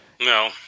no